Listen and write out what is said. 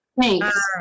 Thanks